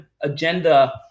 agenda